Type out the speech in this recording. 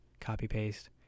copy-paste